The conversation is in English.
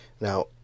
Now